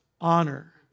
honor